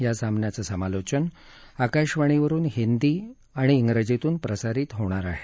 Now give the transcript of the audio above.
या सामन्याचं समालोचन आकाशवाणीवरुन हिंदी आणि विजीतून प्रसारित होणार आहे